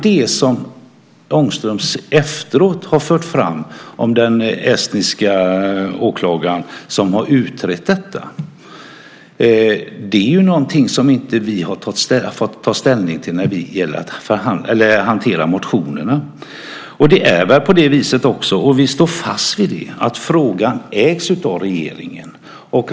Det som Ångström efteråt har fört fram om den estniska åklagaren som har utrett detta är någonting som vi inte har fått ta ställning till när vi har hanterat motionerna. Frågan ägs av regeringen, och det står vi fast vid.